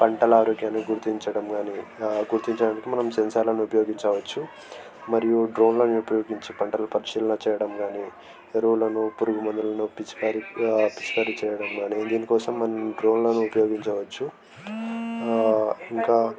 పంటల ఆరోగ్యాన్ని గుర్తించడం కానీ గుర్తించడానికి మనం సెన్సార్లను ఉపయోగించవచ్చు మరియు డ్రోన్లను ఉపయోగించి పంటలను పరిశీలన చేయడం కాని ఎరువులను పురుగు మందులను పిచికారీ పిచికారీ చేయడం గాని వీటి కోసం మనం డ్రోన్లను ఉపయోగించవచ్చు ఇంకా